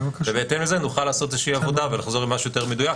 ובהתאם לזה נוכל לעשות עבודה ולחזור עם משהו יותר מדויק,